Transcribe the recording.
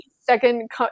second